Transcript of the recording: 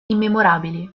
immemorabili